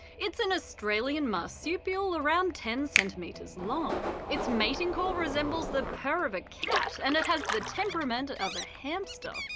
it's an australian marsupial around ten centimetres long. it's mating call resembles the purr of a cat and it has the temperament of a hamster.